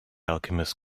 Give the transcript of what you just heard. alchemist